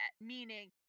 meaning